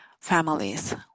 families